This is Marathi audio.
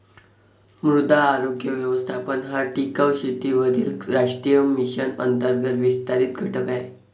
मृदा आरोग्य व्यवस्थापन हा टिकाऊ शेतीवरील राष्ट्रीय मिशन अंतर्गत विस्तारित घटक आहे